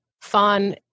fun